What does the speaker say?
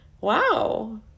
Wow